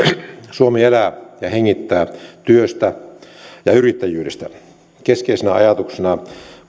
suomi elää ja hengittää työstä ja yrittäjyydestä keskeisenä ajatuksena